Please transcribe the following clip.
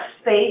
space